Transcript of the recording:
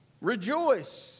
Rejoice